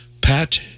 Pat